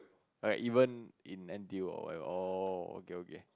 like even in N_T_U or whatever oh okay okay